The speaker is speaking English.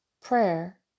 prayer